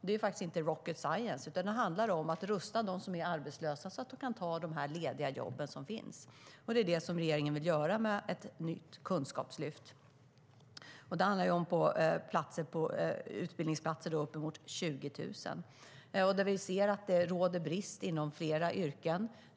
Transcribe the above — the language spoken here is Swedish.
Det är inte rocket science, utan det handlar om att rusta dem som är arbetslösa så att de kan ta de lediga jobb som finns. Det är det som regeringen vill göra med ett nytt kunskapslyft. Det handlar om uppemot 20 000 utbildningsplatser där vi ser att det råder brist inom flera yrken.